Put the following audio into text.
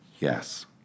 Yes